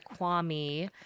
Kwame